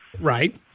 Right